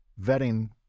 vetting